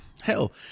Hell